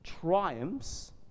triumphs